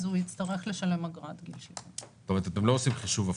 אז הוא יצטרך לשלם אגרת גיל 70. אתם לא עושים חישוב הפוך?